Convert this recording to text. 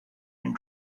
and